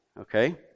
okay